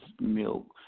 milk